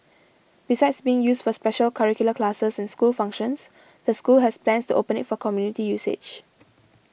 besides being used for special curricular classes and school functions the school has plans to open it for community usage